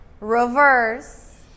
Reverse